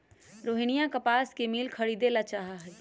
रोहिनी कपास मिल खरीदे ला चाहा हई